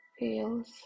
feels